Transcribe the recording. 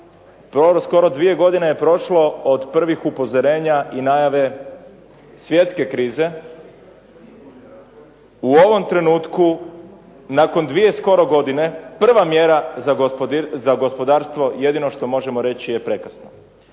Skoro dvije godine je prošlo od prvih upozorenja i najave svjetske krize. U ovom trenutku nakon dvije skoro godine prva mjera za gospodarstvo jedino što možemo reći je prekasno